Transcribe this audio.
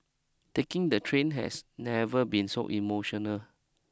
taking the train has never been so emotional